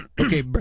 Okay